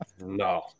No